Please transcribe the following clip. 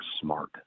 smart